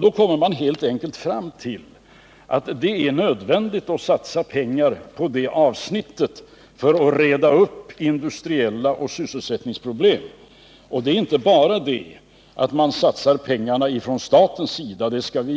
Då kommer man helt enkelt fram till att det är nödvändigt att satsa pengar på det avsnittet för att reda upp de industriella problemen och sysselsättningsproblemen. Inte bara staten skall satsa pengar — även om staten givetvis skall